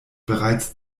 bereits